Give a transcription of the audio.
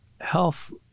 health